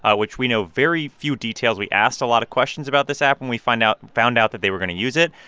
which we know very few details we asked a lot of questions about this app. and we find out found out that they were going to use it.